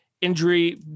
injury